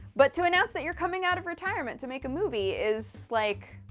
but to announce that you're coming out of retirement to make a movie is, like.